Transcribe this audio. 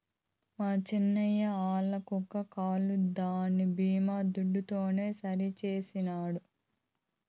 మా చిన్నాయిన ఆల్ల కుక్క కాలు దాని బీమా దుడ్డుతోనే సరిసేయించినాడు